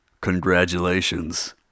Congratulations